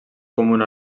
comuna